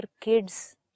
kids